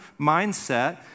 mindset